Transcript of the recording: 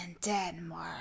denmark